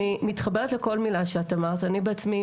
אני מתחברת לכל מילה שאת אמרת אני בעצמי,